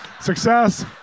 success